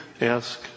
ask